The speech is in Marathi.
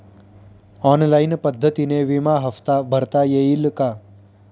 ऑनलाईन पद्धतीने विमा हफ्ता भरता येईल का?